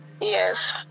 Yes